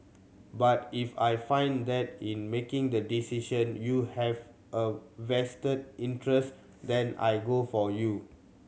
but if I find that in making the decision you have a vested interest then I go for you